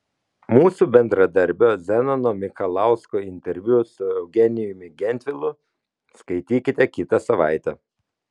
mūsų bendradarbio zenono mikalausko interviu su eugenijumi gentvilu skaitykite kitą savaitę